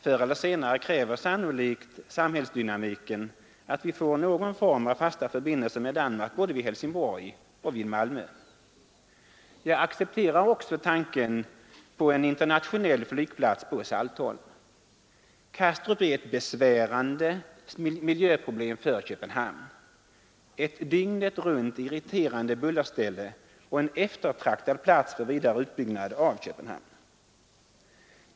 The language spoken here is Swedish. Förr eller senare kräver sannolikt samhällsdynamiken att vi får någon form av fasta förbindelser med Danmark både vid Helsingborg och vid Malmö. Jag accepterar också tanken på en internationell flygplats på Saltholm. Kastrup är ett besvärande miljöproblem för Köpenhamn =— ett dygnet runt irriterande bullerställe och en eftertraktad plats för vidare utbyggnad av Köpenhamn.